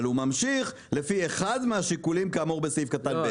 אבל הוא ממשיך לפי אחד מהשיקולים כאמור בסעיף קטן ב',